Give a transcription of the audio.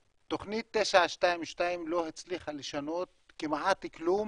תוכנית 922 לא הצליחה לשנות כמעט כלום